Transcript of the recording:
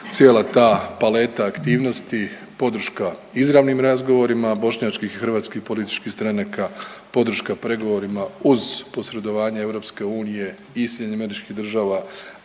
cijela ta paleta aktivnosti, podrška izravnim razgovorima bošnjačkih i hrvatskih političkih stranaka, podrška pregovorima uz posredovanje Europske unije i Sjedinjenih Američkih Država,